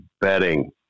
bedding